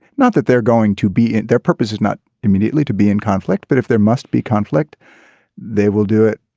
not that they're going to be. their purpose is not immediately to be in conflict but if there must be conflict they will do it.